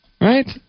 Right